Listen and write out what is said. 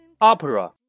opera